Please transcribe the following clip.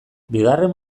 bigarren